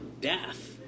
death